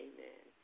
Amen